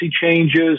changes